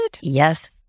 Yes